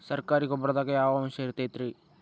ಸರಕಾರಿ ಗೊಬ್ಬರದಾಗ ಯಾವ ಅಂಶ ಇರತೈತ್ರಿ?